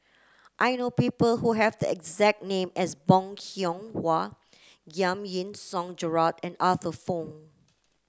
I know people who have the exact name as Bong Hiong Hwa Giam Yean Song Gerald and Arthur Fong